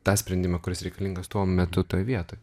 tą sprendimą kuris reikalingas tuo metu toj vietoj